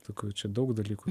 tokių čia daug dalykų